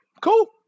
cool